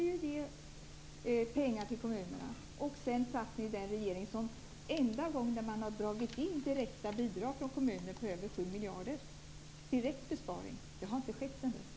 Ni skulle ge pengar till kommunerna. Sedan satt ni i den regering som drog in bidrag på över 7 miljarder direkt från kommunerna. Det är enda gången man har dragit in bidrag i en direkt besparing. Det har inte skett sedan dess.